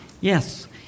Yes